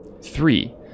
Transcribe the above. Three